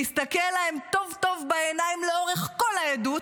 להסתכל להם טוב-טוב בעיניים לאורך כל העדות,